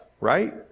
right